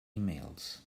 emails